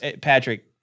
Patrick